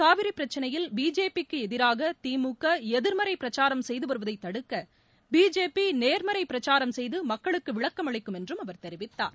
காவிரிப் பிரச்சினையில் பிஜேபிக்கு எதிராக திமுக எதிர்மறை பிரச்சாரம் செய்து வருவதை தடுக்க பிஜேபி நேர்மறை பிரச்சாரம் செய்து மக்களுக்கு விளக்கம் அளிக்கும் என்றும் அவர் தெரிவித்தார்